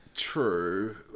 true